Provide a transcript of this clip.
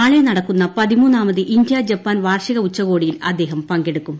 നാളെ നടക്കുന്ന പതിമൂന്നാമത് ഇന്ത്യ ജപ്പാൻ വാർഷിക ഉച്ചകോടിയിൽ അദ്ദേഹം പങ്കെടുക്കും